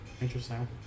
interesting